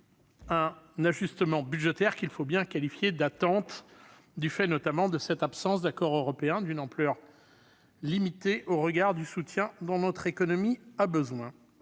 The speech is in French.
un ajustement budgétaire qu'il faut bien qualifier « d'attente », du fait notamment de cette absence d'accord européen, et d'une ampleur limitée au regard du soutien dont notre économie a besoin.